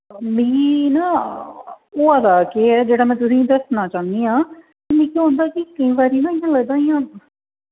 मिगी ना होआ दा केह् ऐ जेह्ड़ा में तुसें गी दस्सना चाह्न्नी आं मिगी केह् होंदा कि केईं बारी ना इ'यां लगदा जि'यां